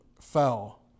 fell